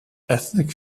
ethnic